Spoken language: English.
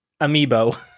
amiibo